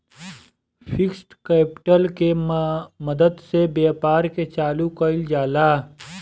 fixed capital के मदद से व्यापार के चालू कईल जाला